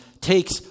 takes